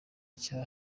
cya